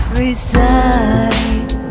reside